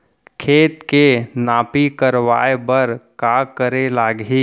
खेत के नापी करवाये बर का करे लागही?